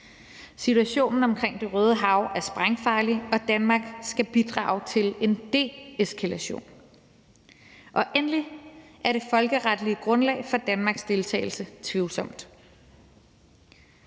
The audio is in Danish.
Situationen omkring Det Røde Hav er sprængfarlig, og Danmark skal bidrage til en deeskalation. Og endelig er det folkeretlige grundlag for Danmarks deltagelse tvivlsomt.